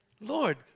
Lord